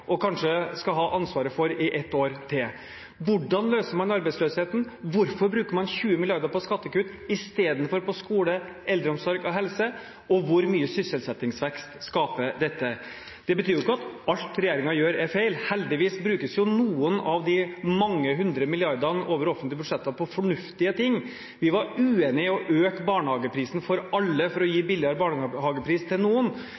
og kanskje skal ha ansvaret for i ett år til. Hvordan løser man arbeidsløsheten? Hvorfor bruker man 20 mrd. kr på skattekutt istedenfor på skole, eldreomsorg og helse? Og hvor mye sysselsettingsvekst skaper dette? Det betyr jo ikke at alt regjeringen gjør, er feil. Heldigvis brukes noen av de mange hundre milliardene over offentlige budsjetter på fornuftige ting. Vi var uenig i å øke barnehageprisen for alle for å gi billigere barnehagepris til noen,